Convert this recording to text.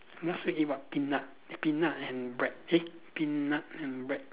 last week eat what peanut peanut and bread eat peanut and bread